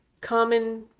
common